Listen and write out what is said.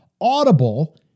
audible